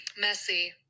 messy